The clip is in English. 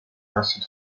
acid